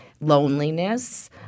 loneliness